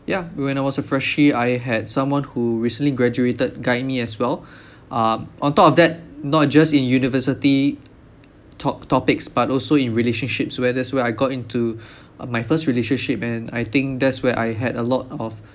ya when I was a freshie I had someone who recently graduated guide me as well uh on top of that not just in university top~ topics but also in relationships where that's where I got into uh my first relationship and I think that's where I had a lot of